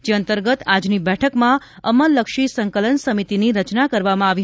જે અંતર્ગત આજની બેઠકમાં અમલલક્ષી સંકલન સમિતિની રચના કરવામાં આવી હતી